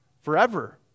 forever